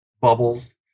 bubbles